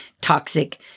toxic